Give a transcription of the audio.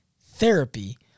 therapy